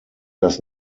das